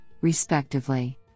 respectively